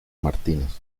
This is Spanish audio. martínez